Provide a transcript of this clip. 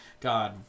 God